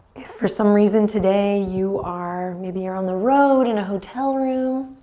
if for some reason today you are, maybe you're on the road in a hotel room.